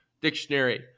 dictionary